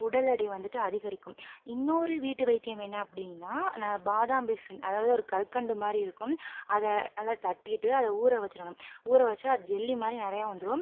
உடல் எடை வந்துட்டு அதிகரிக்கும் இன்னொரு வீட்டு வைத்தியம் என்ன அப்படின்னா ந பாதாம்பிசின் அதாவது ஒரு கற்கண்டு மாதிரி இருக்கும் அதை நல்லா தட்டிட்டு நல்ல அதை ஊறவச்சுடணும் ஊரா வச்சால் அது ஜெல்லிமாதிரி நிறையா வந்துரும்